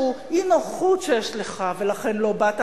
דיברו על איזו אי-נוחות שיש לך ולכן לא באת,